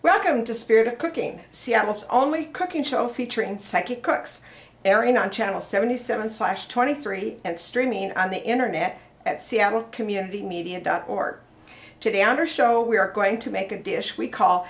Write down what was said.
welcome to the spirit of cooking seattle's only cooking show featuring psychic cooks airing on channel seventy seven slash twenty three and streaming on the internet at seattle community media dot org today on her show we are going to make a dish we call